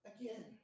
again